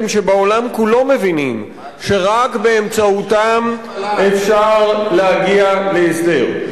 שבעולם כולו מבינים שרק באמצעותם אפשר להגיע להסדר,